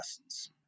lessons